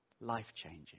Life-changing